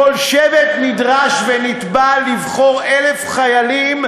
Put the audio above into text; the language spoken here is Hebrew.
כל שבט נדרש ונתבע לבחור 1,000 חיילים,